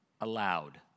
allowed